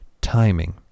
timing